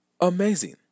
Amazing